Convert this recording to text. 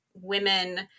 women